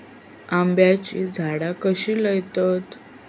आम्याची झाडा कशी लयतत?